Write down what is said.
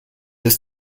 ist